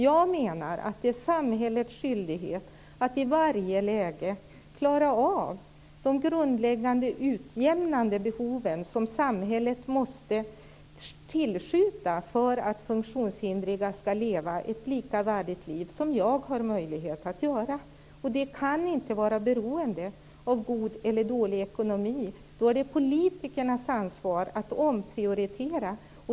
Jag menar att det är samhällets skyldighet att i varje läge klara av de grundläggande utjämnande behoven som samhället måste tillskjuta för att funktionshindrade skall leva ett lika värdigt liv som jag har möjlighet att göra. De kan inte vara beroende av god eller dålig ekonomi. Då är det politikernas ansvar att omprioritera.